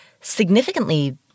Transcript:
significantly